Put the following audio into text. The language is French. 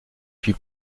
puis